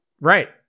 Right